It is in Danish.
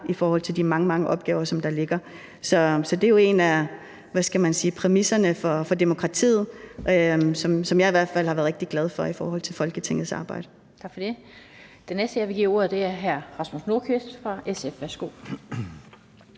i forhold til de mange opgaver, der ligger. Så det er jo en af de – hvad skal man sige – præmisser for demokratiet, som jeg i hvert fald har været rigtig glad for i forhold til arbejdet